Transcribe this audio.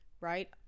right